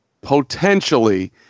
potentially